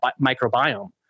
microbiome